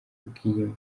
bw’iyi